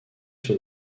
sur